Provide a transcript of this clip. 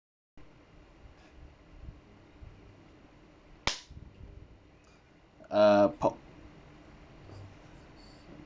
uh